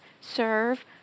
serve